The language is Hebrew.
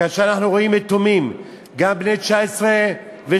כאשר אנחנו רואים יתומים גם בני 19 ו-18,